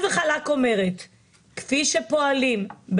ארז